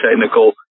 technical